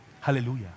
Hallelujah